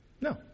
No